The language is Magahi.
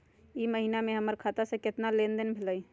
ई महीना में हमर खाता से केतना लेनदेन भेलइ?